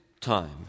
time